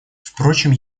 впрочем